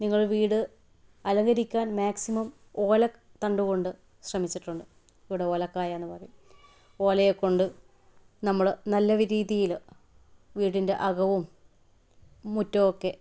നിങ്ങൾ വീട് അലങ്കരിക്കാൻ മാക്സിമം ഓലത്തണ്ടു കൊണ്ട് ശ്രമിച്ചിട്ടുണ്ട് ഓലക്കായ എന്ന് പറയും ഓലയെ കൊണ്ട് നമ്മൾ നല്ല രീതിയിൽ വീടിൻ്റെ അകവും മുറ്റവും ഒക്കെ